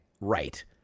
right